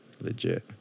legit